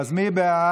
אז מי בעד